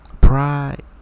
Pride